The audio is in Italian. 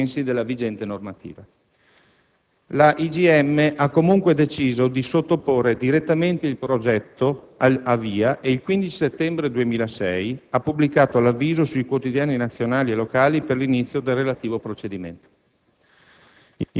ai sensi della vigente normativa. La IGM ha, comunque, deciso di sottoporre direttamente il progetto a VIA e il 15 settembre 2006 ha pubblicato l'avviso sui quotidiani nazionali e locali per l'inizio del relativo procedimento.